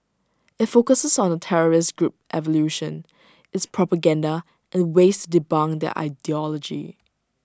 IT focuses on the terrorist group's evolution its propaganda and ways to debunk their ideology